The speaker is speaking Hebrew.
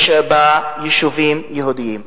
ביישובים יהודיים.